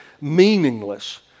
meaningless